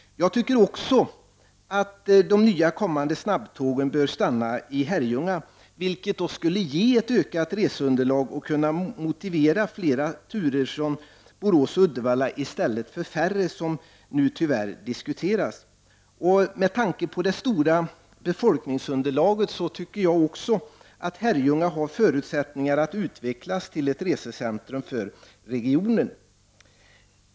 Jag tycker också att de kommande snabbtågen bör stanna i Herrljunga, vilket skulle ge ett ökat reseunderlag och kunna motivera fler turer Borås— Uddevalla i stället för färre som nu tyvärr diskuteras. Med tanke på det stora befolkningsunderlaget tycker jag att Herrljunga har förutsättningar att utvecklas till ett resecentrum för regionen.